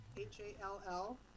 H-A-L-L